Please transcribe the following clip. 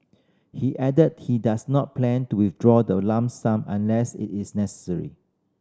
he add that he does not plan to withdraw the lump sum unless it is necessary